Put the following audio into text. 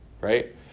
right